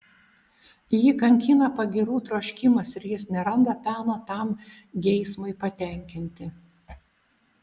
jį kankina pagyrų troškimas ir jis neranda peno tam geismui patenkinti